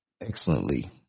excellently